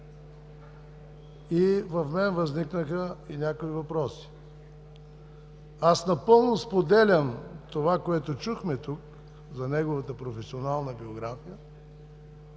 и у мен възникнаха някои въпроси. Напълно споделям това, което чухме тук за неговата професионална биография.